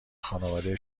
خانواده